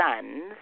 sons